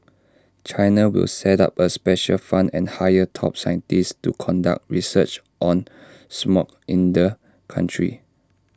China will set up A special fund and hire top scientists to conduct research on smog in the country